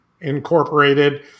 Incorporated